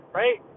right